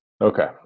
Okay